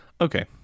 Okay